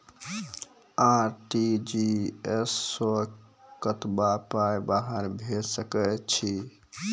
RTGS सअ कतबा पाय बाहर भेज सकैत छी?